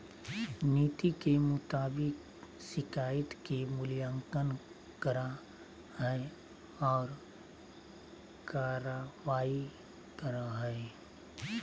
नीति के मुताबिक शिकायत के मूल्यांकन करा हइ और कार्रवाई करा हइ